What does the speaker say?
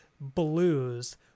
blues